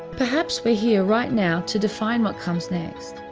perhaps we are here right now to define what comes next?